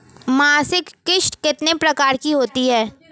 मासिक किश्त कितने प्रकार की होती है?